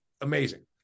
Amazing